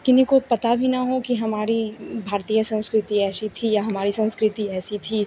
किनी को पता भी न हो कि हमारी भारतीय संस्कृति ऐसी थी या हमारी संस्कृति ऐसी थी